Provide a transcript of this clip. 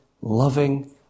loving